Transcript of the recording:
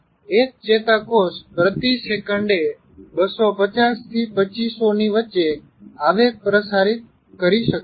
એક ચેતાકોષ પ્રતિ સેકન્ડએ 250 થી 2500 ની વચ્ચે આવેગ પ્રસારિત કરી શકે છે